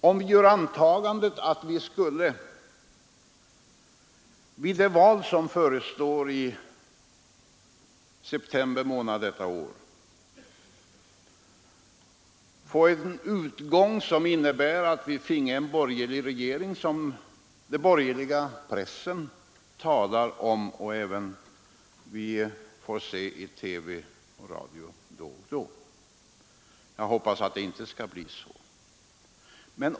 Låt oss göra antagandet att utgången av valet i september blir sådan att vi får en borgerlig regering, något som den borgerliga pressen och då och då även radio och TV talar om!